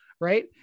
Right